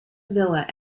villa